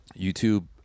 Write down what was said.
YouTube